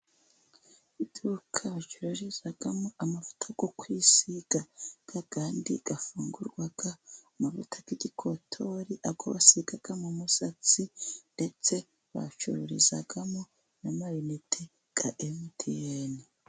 Iduka bacururizamo amavuta yo kwisiga, andi afungurwa, amavuta y'igikotori, ubwo basiga mu musatsi, ndetse bacururizamo n'amayinite ya MTN.